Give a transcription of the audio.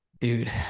Dude